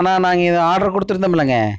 அண்ணா நாங்கள் ஆடர் கொடுத்துருந்தோமில்லைங்க